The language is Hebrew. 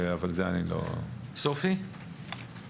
סופי, בבקשה.